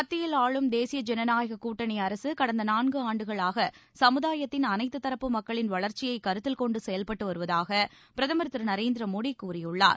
மத்தியில் ஆளும் தேசிய ஜனநாயக கூட்டனி அரசு கடந்த நான்கு ஆண்டுகளாக சமுதாயத்தின் அனைத்து தரப்பு மக்களின் வளர்ச்சியைக் கருத்தில் கொண்டு செயல்பட்டு வருவதாக பிரதமர் நரேந்திர மோடி கூறியுள்ளார்